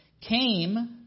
came